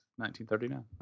1939